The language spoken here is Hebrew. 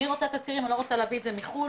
אני לא רוצה להביא את זה מחו"ל.